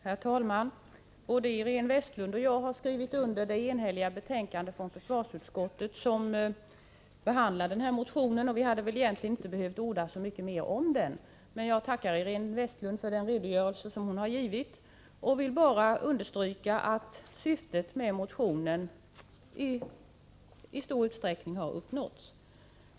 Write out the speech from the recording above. Herr talman! Både Iréne Vestlund och jag har skrivit under det enhälliga betänkandet från försvarsutskottet som behandlar motion 1569. Vi behöver väl inte orda så mycket om den. Jag tackar Iréne Vestlund för den redogörelse som hon har givit. Jag vill bara understryka att syftet med motionen i stor utsträckning har uppnåtts.